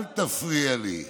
אל תפריע לי.